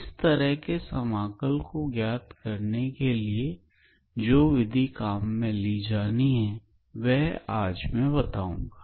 इस तरह के समाकल को ज्ञात करने के लिए जो विधि काम में ली जानी है वह मैं आज बताऊंगा